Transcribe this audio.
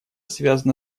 связано